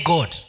God